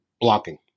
blocking